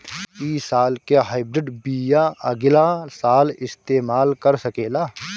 इ साल के हाइब्रिड बीया अगिला साल इस्तेमाल कर सकेला?